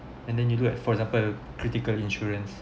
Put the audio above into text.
and then you look at for example critical insurance